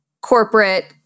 corporate